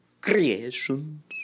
creations